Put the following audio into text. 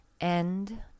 End